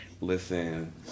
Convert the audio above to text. Listen